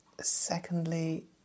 secondly